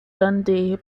dundee